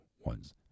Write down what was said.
ones